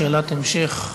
שאלת המשך,